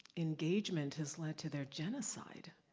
engagement has led to their genocide.